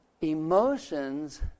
emotions